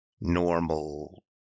normal